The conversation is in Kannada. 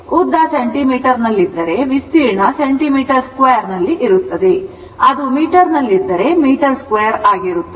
ಉದ್ದ ಸೆಂಟಿಮೀಟರ್ನಲ್ಲಿದ್ದರೆ ವಿಸ್ತೀರ್ಣ ಸೆಂಟಿಮೀಟರ್ 2 ಅದು ಮೀಟರ್ನಲ್ಲಿದ್ದರೆ ಮೀಟರ್ 2 ಆಗಿರುತ್ತದೆ